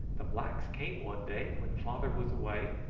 the blacks came one day when father was away,